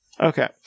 Okay